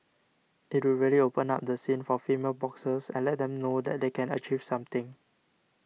it would really open up the scene for female boxers and let them know that they can achieve something